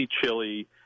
chili